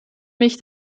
mich